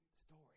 story